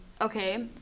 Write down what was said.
Okay